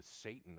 Satan